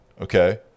okay